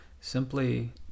simply